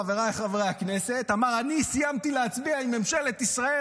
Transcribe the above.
חבריי חברי הכנסת,: אני סיימתי להצביע עם ממשלת ישראל,